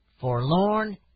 forlorn